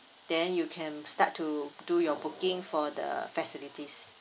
then you can start to do your booking for the facilities